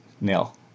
nil